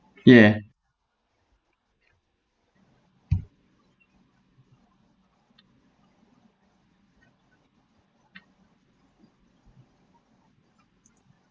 ya